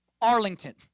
Arlington